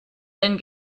and